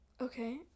Okay